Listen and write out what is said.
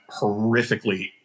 horrifically